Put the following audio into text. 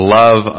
love